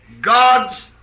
God's